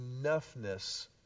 enoughness